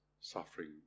suffering